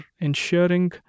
ensuring